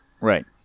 Right